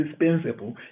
indispensable